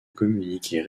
communiqués